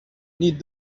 need